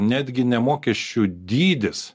netgi ne mokesčių dydis